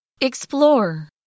explore